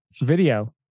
video